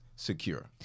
secure